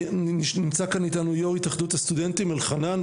נמצא כאן איתנו יו"ר התאחדות הסטודנטים, אלחנן.